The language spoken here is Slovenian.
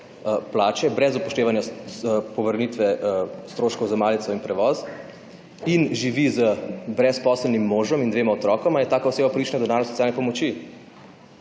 plače brez upoštevanja povrnitve stroškov za malico in prevoz in živi z brezposelnim možem in dvema otrokoma, je taka oseba upravičena do denarne socialne pomoči